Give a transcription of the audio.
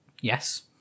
Yes